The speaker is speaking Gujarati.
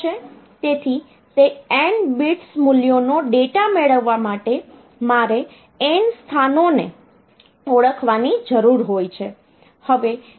તેથી તે n બિટ્સ મૂલ્યોનો ડેટા મેળવવા માટે મારે n સ્થાનોને ઓળખવાની જરૂર હોય છે